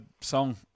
song